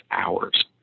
hours